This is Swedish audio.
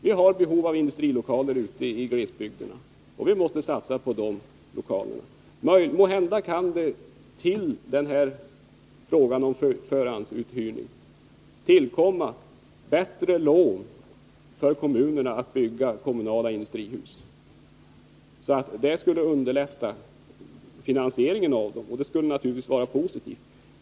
Vi har behov av industrilokaler ute i glesbygderna, och vi måste satsa på dem. Måhända kan till frågan om förhandsuthyrning komma bättre lån för kommunerna när det gäller att bygga kommunala industrihus. Det skulle underlätta finansieringen av dem, och detta skulle naturligtvis vara positivt.